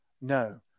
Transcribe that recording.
No